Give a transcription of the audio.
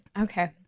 Okay